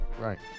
Right